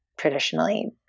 traditionally